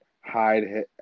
hide